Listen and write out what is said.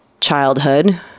childhood